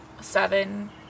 seven